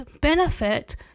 benefit